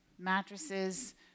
mattresses